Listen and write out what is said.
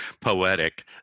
poetic